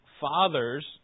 fathers